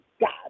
God